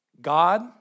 God